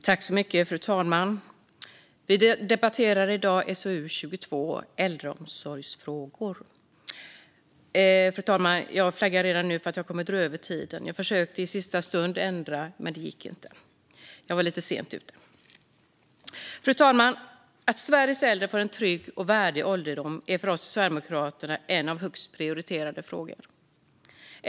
Fru talman! Vi debatterar i dag SoU22 om äldreomsorgsfrågor. Att Sveriges äldre får en trygg och värdig ålderdom är för oss i Sverigedemokraterna en av de högst prioriterade frågorna.